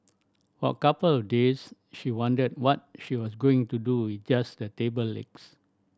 for a couple of days she wondered what she was going to do with just the table legs